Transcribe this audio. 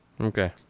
Okay